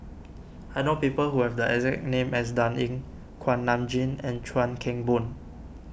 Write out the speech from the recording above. I know people who have the exact name as Dan Ying Kuak Nam Jin and Chuan Keng Boon